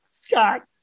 Scott